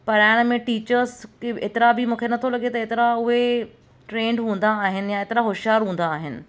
पढ़ाइणु में टीचर्स एतिरा बि मूंखे नथो लॻे त एतिरा उहे ट्रेंड हूंदा आहिनि या एतिरा होशारु हूंदा आहिनि